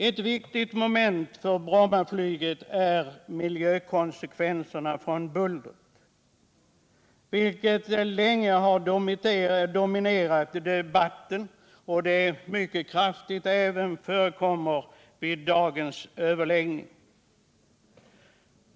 Ett viktigt inslag i diskussionen om Brommaflyget är miljökonsekvenserna. Frågan om bullret har dominerat debatten under senare år och även förekommit i dagens överläggning.